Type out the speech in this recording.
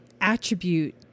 attribute